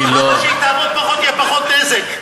כשהיא תעבוד פחות יהיה פחות נזק.